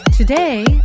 Today